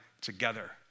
together